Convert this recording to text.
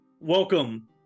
Welcome